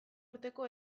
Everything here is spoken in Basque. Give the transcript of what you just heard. urteko